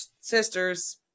sisters